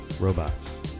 Robots